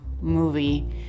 movie